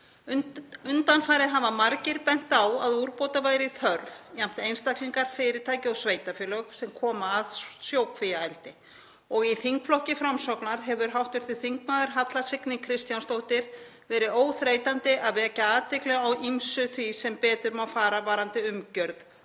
Undanfarið hafa margir bent á að úrbóta væri þörf, jafnt einstaklingar, fyrirtæki og sveitarfélög sem koma að sjókvíaeldi og í þingflokki Framsóknar hefur hv. þm. Halla Signý Kristjánsdóttir verið óþreytandi að vekja athygli á ýmsu því sem betur má fara varðandi umgjörð